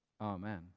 Amen